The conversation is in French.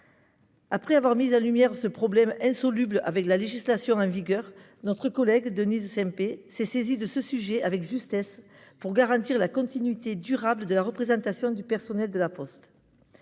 Après avoir exposé ce problème, insoluble avec la législation en vigueur, notre collègue Denise Saint-Pé s'est saisie de ce sujet avec justesse pour garantir la continuité durable de la représentation du personnel de La Poste.